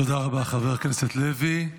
תודה רבה, חבר הכנסת לוי.